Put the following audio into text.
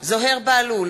זוהיר בהלול,